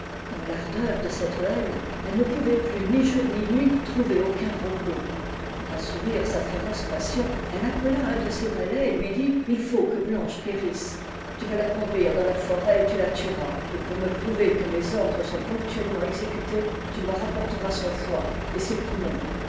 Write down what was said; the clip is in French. dans l'ardeur de cette haine elle ne pouvait plus ni jour ni nuit trouver aucun repos pour assouvir sa féroce passion elle appela un de ses valets et lui dit faut que blanche périsse tu vas la conduire dans la forêt et tu la tueras et pour me prouver que mes ordres sont ponctuellement exécutés tu me rapporteras son foie et ses poumons